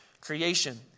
creation